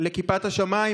כיפת השמיים,